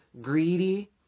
greedy